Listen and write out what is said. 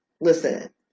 listen